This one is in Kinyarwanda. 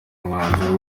umwanzuro